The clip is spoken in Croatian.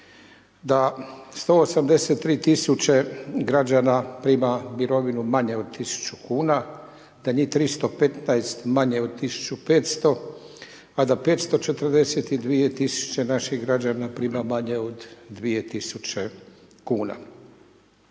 da 183 tisuće građana prima mirovinu manju od 1000 kn, da njih 315 manje od 1500 a da 542 tisuće naših građana prima manje od 2000 kn.